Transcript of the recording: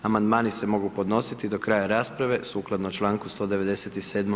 Amandmani se mogu podnositi do kraja rasprave sukladno članku 197.